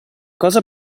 cosa